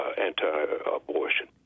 anti-abortion